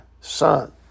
son